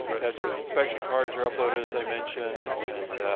that's where the inspection cards are uploaded, as i mentioned, and